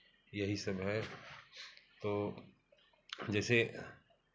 यही सब है तो जैसे